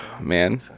Man